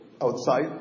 outside